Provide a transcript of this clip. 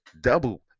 double